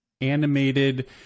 animated